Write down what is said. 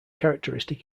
characteristic